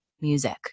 music